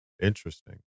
Interesting